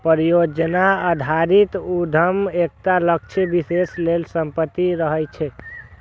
परियोजना आधारित उद्यम एकटा लक्ष्य विशेष लेल समर्पित रहै छै